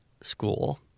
school